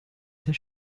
des